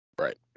Right